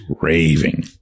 raving